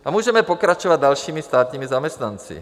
A můžeme pokračovat dalšími státními zaměstnanci.